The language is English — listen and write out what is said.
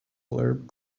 blurb